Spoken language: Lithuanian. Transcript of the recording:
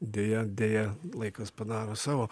deja deja laikas padaro savo